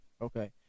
Okay